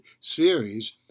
series